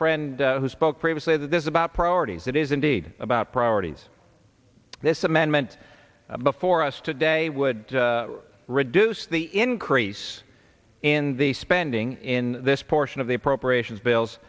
friend who spoke previously that this is about priorities it is indeed about priorities this amendment before us today would reduce the increase in the spending in this portion of the appropriations bills